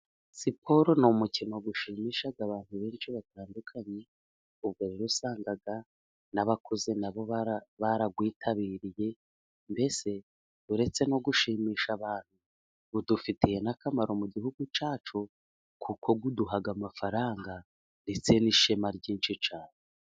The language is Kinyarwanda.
Siporo ni umukino ushimisha abantu benshi batandukanye, ubwo rero usanga n'abakuze nabo barawitabiriye, mbese uretse no gushimisha abantu, udufitiye n'akamaro mu gihugu cyacu, kuko uduha amafaranga ndetse n'ishema ryinshi cyane.